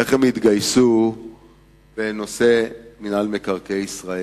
איך הם התגייסו בנושא מינהל מקרקעי ישראל,